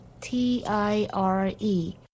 T-I-R-E